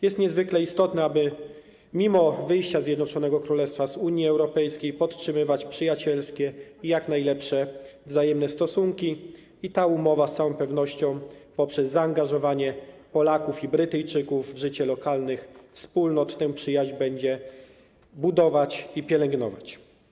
Jest niezwykle istotne, aby mimo wyjścia Zjednoczonego Królestwa z Unii Europejskiej podtrzymywać przyjacielskie i jak najlepsze wzajemne stosunki, i ta umowa z całą pewnością poprzez zaangażowanie Polaków i Brytyjczyków w życie lokalnych wspólnot tę przyjaźń będzie budować i pielęgnować.